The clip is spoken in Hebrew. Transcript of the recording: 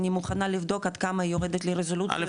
אני מוכנה לבדוק עד כמה היא יורדת לרזולוציה --- א',